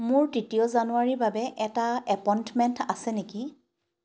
মোৰ তৃতীয় জানুৱাৰীৰ বাবে এটা এপইণ্টমেণ্ট আছে নেকি